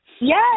Yes